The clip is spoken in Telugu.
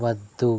వద్దు